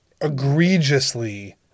egregiously